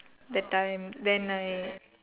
that time then I